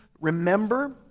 remember